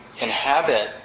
inhabit